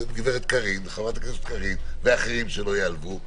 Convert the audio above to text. חברת הכנסת קארין, ואחרים, שלא יעלבו.